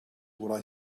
what